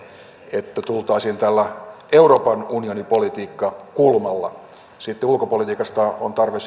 tultaisiin tällä euroopan unioni politiikkakulmalla sitten ulkopolitiikastakin on tarve